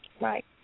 Right